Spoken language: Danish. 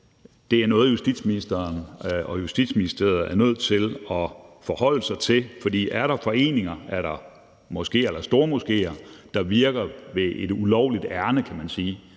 det er noget, justitsministeren og Justitsministeriet er nødt til at forholde sig til, for er der foreninger, moskéer og stormoskéer, der virker ved et ulovligt ærinde, kan man sige